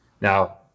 Now